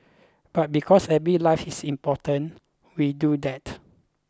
but because every life is important we do that